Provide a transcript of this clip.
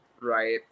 right